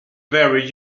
very